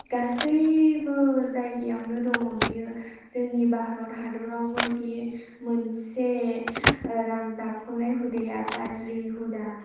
गासैबो जायगायावनो दङ बेयो जोंनि भारत हादरावबो बेयो मोनसे रां जाख्ल'नाय हुदाया गाज्रि हुदा